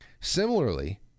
Similarly